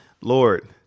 Lord